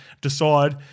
decide